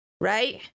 right